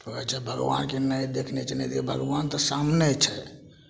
कहै छथि भगबान की नहि देखने चिन्है छियै भगबान तऽ सामने छै